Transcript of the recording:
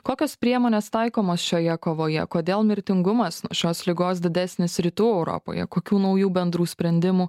kokios priemonės taikomos šioje kovoje kodėl mirtingumas nuo šios ligos didesnis rytų europoje kokių naujų bendrų sprendimų